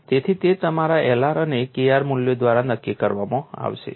તેથી તે તમારા Lr અને Kr મૂલ્યો દ્વારા નક્કી કરવામાં આવશે